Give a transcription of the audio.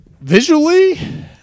Visually